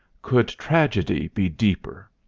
could tragedy be deeper?